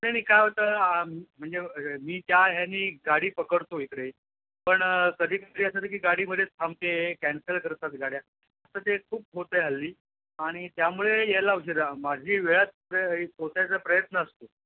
नाही नाही काय होतं म्हणजे मी त्या ह्याने गाडी पकडतो इकडे पण कधीकधी असं होतं की गाडीमध्येच थांबते कॅन्सल करतात गाड्या तर ते खूप होत आहे हल्ली आणि त्यामुळे यायला जरा माझी वेळात प्र पोचायचा प्रयत्न असतो